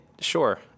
sure